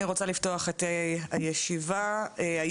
אני מתכבדת לפתוח את ישיבת הוועדה המיוחדת לזכויות הילד.